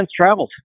travels